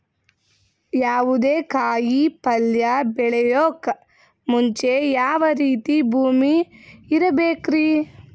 ಯಾವುದೇ ಕಾಯಿ ಪಲ್ಯ ಬೆಳೆಯೋಕ್ ಮುಂಚೆ ಯಾವ ರೀತಿ ಭೂಮಿ ಇರಬೇಕ್ರಿ?